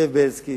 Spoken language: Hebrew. זאב בילסקי,